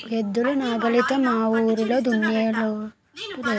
ఎద్దులు నాగలితో మావూరిలో దున్నినోడే లేడు